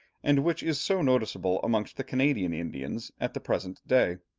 and which is so noticeable amongst the canadian indians at the present day.